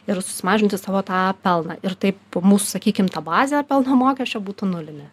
ir susimažinti savo tą pelną ir taip mūsų sakykim ta bazė pelno mokesčio būtų nulinė